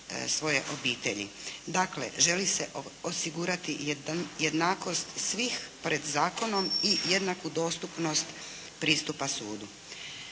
svoje obitelji. Dakle želi se osigurati jednakost svih pred zakonom i jednaku dostupnost pristupa sudu.